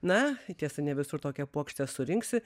na tiesa ne visur tokią puokštę surinksi